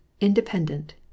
independent